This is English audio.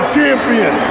Champion